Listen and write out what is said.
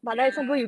ya